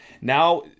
Now